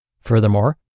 Furthermore